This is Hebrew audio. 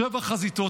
שבע חזיתות,